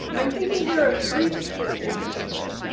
i'm thinking here of three features in particular.